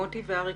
מוטי ואריק,